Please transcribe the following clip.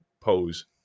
pose